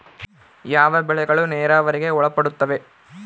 ಯಾವ ಬೆಳೆಗಳು ನೇರಾವರಿಗೆ ಒಳಪಡುತ್ತವೆ?